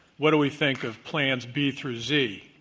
what do we think of plans b through z.